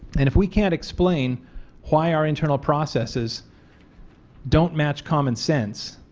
and if we can't explain why our internal processes don't match common sense,